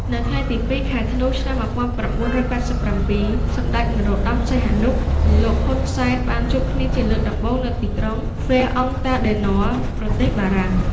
នៅថ្ងៃទី ២ ខែធ្នូ ឆ្នាំ ១៩៨៧ សម្តេចព្រះនរោត្តម សីហនុ និងលោក ហ៊ុន សែន បានជួបគ្នាជាលើកដំបូងនៅទីក្រុងហ្វែអង់តាដឺន័រ ប្រទេសបារាំង។